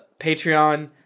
Patreon